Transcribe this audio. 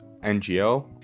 NGO